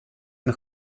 med